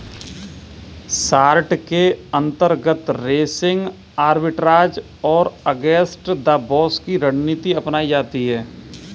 short के अंतर्गत racing आर्बिट्राज और अगेंस्ट द बॉक्स की रणनीति अपनाई जाती है